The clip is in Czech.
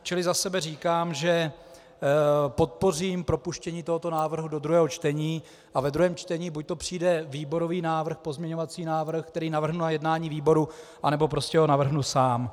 Čili za sebe říkám, že podpořím propuštění tohoto návrhu do druhého čtení a ve druhém čtení buďto přijde výborový návrh, pozměňovací návrh, který navrhnu na jednání výboru, anebo ho prostě navrhnu sám.